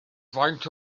faint